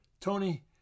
Tony